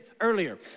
earlier